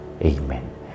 Amen